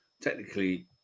technically